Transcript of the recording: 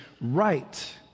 right